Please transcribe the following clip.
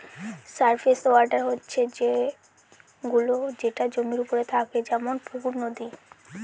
surface water হচ্ছে সে গুলো যেটা জমির ওপরে থাকে যেমন পুকুর, নদী